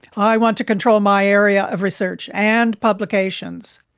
i want to control my area of research, and publications.